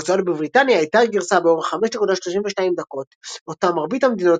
בהוצאות בבריטניה הייתה גרסה באורך 532 דקות; אותה מרבית המדינות